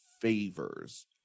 favors